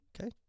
Okay